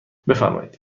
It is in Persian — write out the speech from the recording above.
بفرمایید